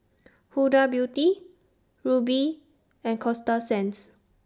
Huda Beauty Rubi and Coasta Sands